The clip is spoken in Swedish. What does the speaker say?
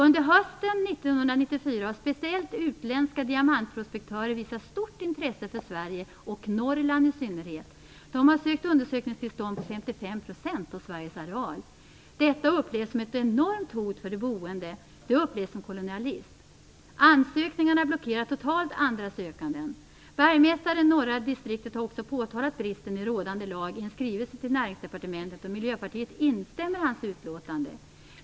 Under hösten 1994 har speciellt utländska diamantprospektörer visat stort intresse för Sverige och i synnerhet Norrland. De har sökt undersökningstillstånd på 55 % av Sveriges areal. Detta upplevs som ett enormt hot för de boende. Det upplevs som kolonialism. Ansökningarna blockerar totalt andra sökande. Bergsmästaren i norra distriktet har också påtalat bristen i rådande lag i en skrivelse till Näringsdepartementet, och Miljöpartiet instämmer i hans utlåtande.